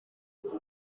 uko